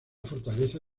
fortaleza